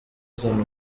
azana